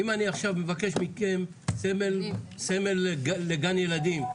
אם אני עכשיו מבקש מכם סמל לגן ילדים,